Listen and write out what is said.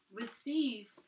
receive